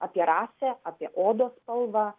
apie rasę apie odos spalvą